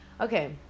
Okay